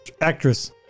actress